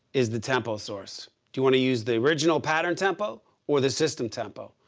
is the tempo source. do you want to use the original pattern tempo or the system tempo?